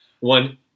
One